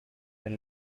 than